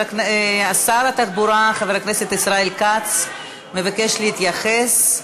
שר התחבורה חבר הכנסת ישראל כץ מבקש להתייחס.